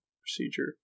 procedure